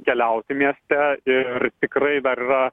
keliauti mieste ir tikrai dar yra